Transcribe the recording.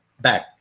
back